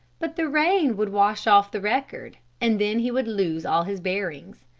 but the rain would wash off the record and then he would lose all his bearings.